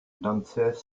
l’anses